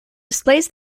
displays